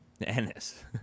Ennis